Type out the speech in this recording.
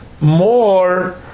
more